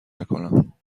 نکنم